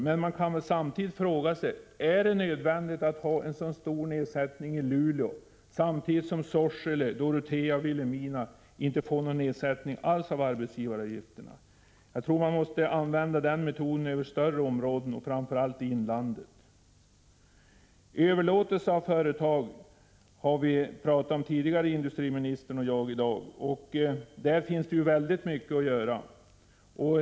Men man kan samtidigt fråga sig: Är det nödvändigt att ha en så stor nedsättning i Luleå samtidigt som Sorsele, Dorotea och Vilhelmina inte får någon nedsättning alls av arbetsgivaravgifterna? Jag tror att man måste använda den metoden över större områden och framför allt i inlandet. Överlåtelse av företag har industriministern och jag diskuterat tidigare i dag. Där finns det väldigt mycket att göra.